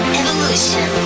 evolution